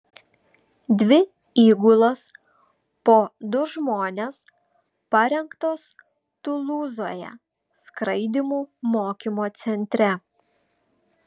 dvi įgulos po du žmones parengtos tulūzoje skraidymų mokymo centre